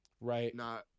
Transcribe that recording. Right